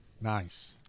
Nice